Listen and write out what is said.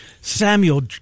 Samuel